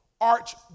arch